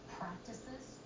practices